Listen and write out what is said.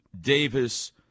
Davis